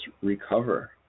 recover